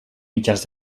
mitjans